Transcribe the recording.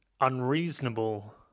unreasonable